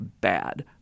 bad